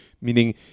Meaning